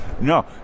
No